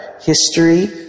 history